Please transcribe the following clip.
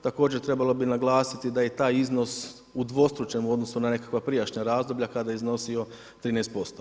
Također, trebalo bi naglasiti da i taj iznos udvostručen u odnosu na nekakva prijašnja razdoblja kada je iznosio 13%